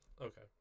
okay